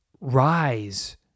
rise